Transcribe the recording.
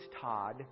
Todd